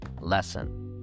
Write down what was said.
lesson